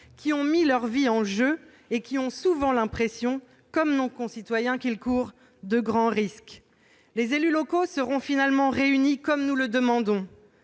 qui ont mis leur vie en jeu et qui ont souvent l'impression, comme nos concitoyens, qu'ils courent de grands risques ? Les élus locaux seront finalement réunis comme nous le demandions.